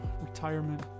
Retirement